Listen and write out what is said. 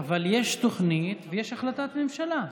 אבל יש תוכנית ויש החלטת ממשלה.